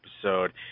episode